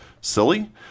silly